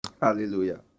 Hallelujah